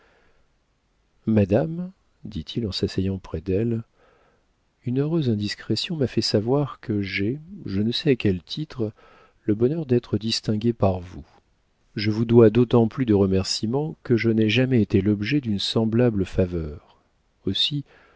madame dit-il en s'asseyant près d'elle une heureuse indiscrétion m'a fait savoir que j'ai je ne sais à quel titre le bonheur d'être distingué par vous je vous dois d'autant plus de remercîments que je n'ai jamais été l'objet d'une semblable faveur aussi